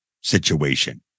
situation